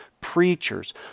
preachers